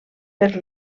per